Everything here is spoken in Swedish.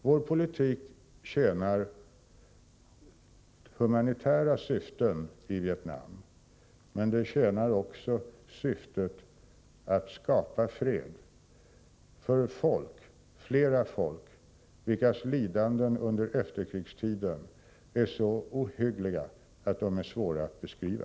Vår politik tjänar humanitära syften i Vietnam, men den tjänar också syftet att skapa fred för flera folk, vilkas lidande under efterkrigstiden är så ohyggliga att de är svåra att beskriva.